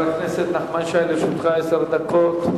לרשותך עשר דקות.